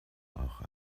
auch